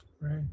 right